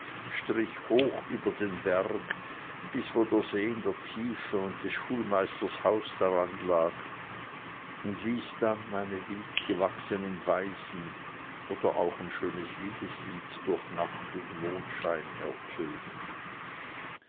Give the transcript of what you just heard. strich hoch über den berg bis wo der see in der tiefe und des schulmeisters haus daran lag und ließ dann meine wildgewachsenen weisen oder auch ein schönes liebeslied durch nacht und mondschein ertönen